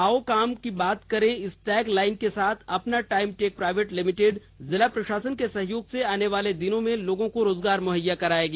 आओ काम की बात करें इस टैग लाइन के साथ अपना टाइम टेक प्राइवेट लिमिटेड जिला प्रशासन के सहयोग से आनेवाले दिनों में लोगों को रोजगार मुहैया करायेगी